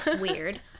weird